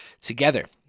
together